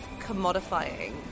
commodifying